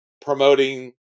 promoting